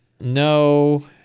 No